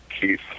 Keith